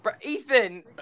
Ethan